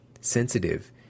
sensitive